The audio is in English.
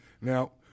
Now